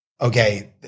okay